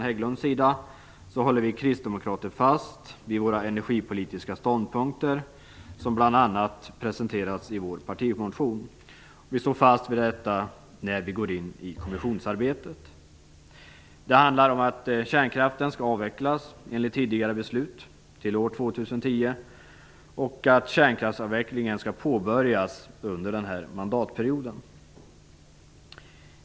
Hägglund står vi kristdemokrater fast vid våra energipolitiska ståndpunkter, som bl.a. presenterats i vår partimotion, när vi går in i kommissionsarbetet. Det handlar om att kärnkraften skall avvecklas enligt tidigare beslut, dvs. till år 2010, och att kärnkraftsavvecklingen skall påbörjas under den här mandatperioden.